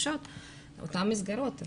אותן מסגרות,